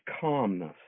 calmness